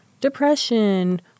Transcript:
depression